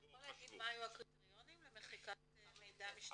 אתה יכול להגיד מה היו הקריטריונים למחיקת מידע משטרתי?